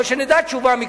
אבל שנדע תשובה מקצועית.